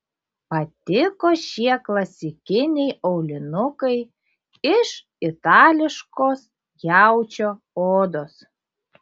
patiko šie klasikiniai aulinukai iš itališkos jaučio odos